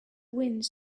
winds